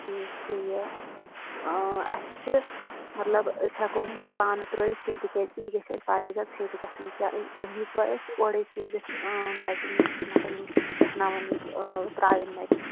ٹھیٖک بیٚیہِ یہِ اَسہِ چھِ مطلب أسۍ ہیٚکو نہٕ یہِ پانہٕ ترٛٲوِتھ کیٚنٛہہ تِکیٛازِ کہِ یہِ گَژھِ اَسہِ واریاہ زیادٕ فِٹ گَژھٕنۍ کیٛاہ تُہۍ ہیٚکوا اَسہِ اوٗرے سوٗزِتھ میٚٹِنٛگ مطلب یِم بیٚہناوَن ییٚتہِ ترٛاوَن میٚٹِنٛگ